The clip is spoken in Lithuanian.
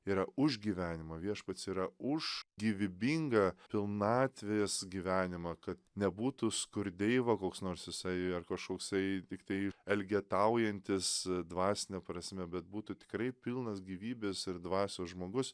yra už gyvenimą viešpats yra už gyvybingą pilnatvės gyvenimą kad nebūtų skurdeiva koks nors jisai ar kažkoksai tiktai elgetaujantis dvasine prasme bet būtų tikrai pilnas gyvybės ir dvasios žmogus